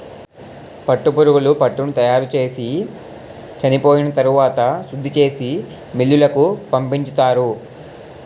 పట్టుపురుగులు పట్టుని తయారుచేసి చెనిపోయిన తరవాత శుద్ధిచేసి మిల్లులకు పంపించుతారు